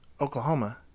Oklahoma